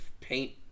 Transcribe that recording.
Paint